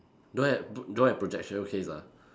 don't have b~ don't have project showcase ah